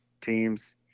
teams